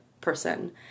person